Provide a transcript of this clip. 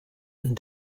and